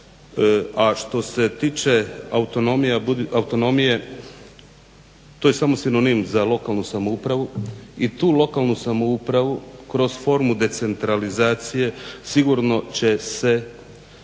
A što se tiče autonomije, to je samo sinonim za lokalnu samoupravu i tu lokalnu samoupravu kroz formu decentralizacije sigurno će se,